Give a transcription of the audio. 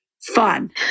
fun